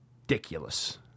ridiculous